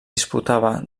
disputava